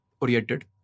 oriented